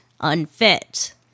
unfit